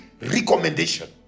recommendation